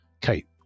Kate